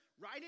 Right